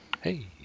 Hey